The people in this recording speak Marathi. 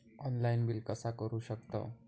ऑनलाइन बिल कसा करु शकतव?